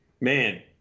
man